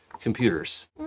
computers